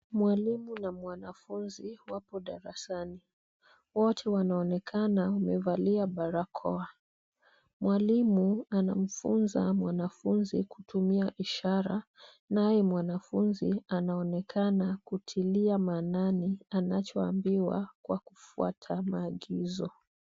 Mwalimu na mwanafuzi wapo darasani. Wote wanaonekana wamevalia barakoa. Mwalimu anamfuza mwanafuzi kutumia ishara naye mwanafuzi anaonekana kutilia maanani anacho ambiwa kwa kufuata maagizo.